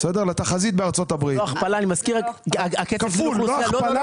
לא הכפלה כפול.